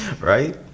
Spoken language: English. Right